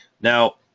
Now